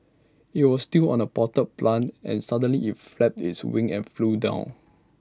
IT was still on A potted plant and suddenly IT flapped its wings and flew down